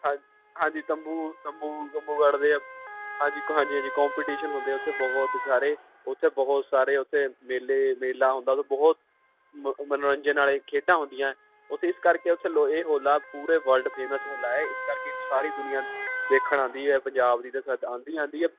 ਹਾਂ ਹਾਂਜੀ ਤੰਬੂ ਤੰਬੂ ਤੰਬੂ ਗੱਡਦੇ ਆ ਹਾਂਜੀ ਕੁ ਹਾਂਜੀ ਹਾਂਜੀ ਕੋਪਟੀਸ਼ਨ ਹੁੰਦੇ ਉੱਥੇ ਬਹੁਤ ਸਾਰੇ ਉੱਥੇ ਬਹੁਤ ਸਾਰੇ ਉੱਥੇ ਮੇਲੇ ਮੇਲਾ ਹੁੰਦਾ ਉੱਥੇ ਬਹੁਤ ਮ ਮਨੋਰੰਜਨ ਵਾਲੇ ਖੇਡਾਂ ਹੁੰਦੀਆਂ ਉੱਥੇ ਇਸ ਕਰਕੇ ਉੱਥੇ ਲੋਏ ਇਹ ਹੋਲਾ ਪੂਰੇ ਵਰਲਡ ਫੇਮਸ ਹੋਲਾ ਹੈ ਇਸ ਕਰਕੇ ਇਹਨੂੰ ਸਾਰੀ ਦੁਨੀਆ ਦੇਖਣ ਆਉਂਦੀ ਹੈ ਪੰਜਾਬ ਦੀ ਤਾਂ ਸਦਾ ਆਉਂਦੀ ਆਉਂਦੀ ਹੈ